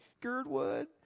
Girdwood